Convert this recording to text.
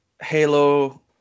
halo